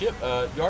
yard